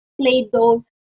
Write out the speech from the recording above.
Play-Doh